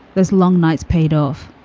there's long nights paid off.